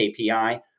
KPI